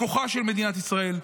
בכוחה של מדינת ישראל,